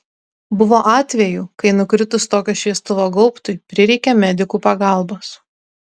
buvo atvejų kai nukritus tokio šviestuvo gaubtui prireikė medikų pagalbos